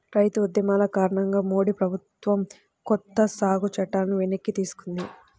రైతు ఉద్యమాల కారణంగా మోడీ ప్రభుత్వం కొత్త సాగు చట్టాలను వెనక్కి తీసుకుంది